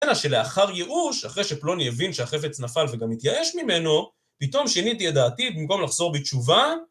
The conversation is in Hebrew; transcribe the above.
אינה שלאחר ייאוש, אחרי שפלוני הבין שהחפץ נפל וגם התייאש ממנו, פתאום שיניתי את דעתי במקום לחזור בתשובה?